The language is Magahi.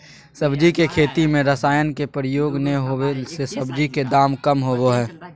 सब्जी के खेती में रसायन के प्रयोग नै होबै से सब्जी के दाम कम होबो हइ